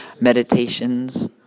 meditations